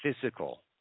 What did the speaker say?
physical